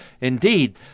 Indeed